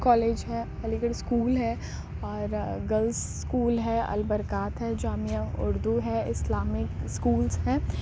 college ہے Aligarh school ہے اور گلس اسکول ہے البرکات ہے جامعہ اردو ہے اسلامک اسکولس ہیں